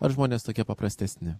ar žmonės tokie paprastesni